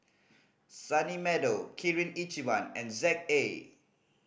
Sunny Meadow Kirin Ichiban and Z A